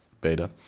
beta